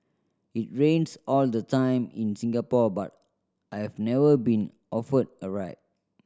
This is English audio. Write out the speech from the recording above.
it rains all the time in Singapore but I've never been offered a ride